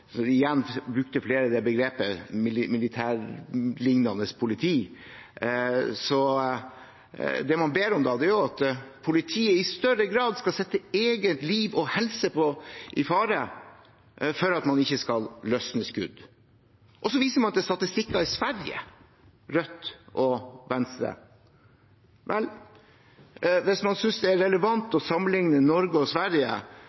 begrepet militærlignende politi, som flere igjen brukte, er at politiet i større grad skal sette eget liv og egen helse i fare når man ikke skal løsne skudd. Så viser Rødt og Venstre til statistikker i Sverige. Vel, hvis man synes det er relevant å sammenligne Norge og Sverige